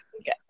okay